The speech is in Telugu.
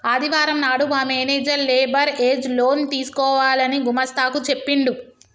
ఆదివారం నాడు మా మేనేజర్ లేబర్ ఏజ్ లోన్ తీసుకోవాలని గుమస్తా కు చెప్పిండు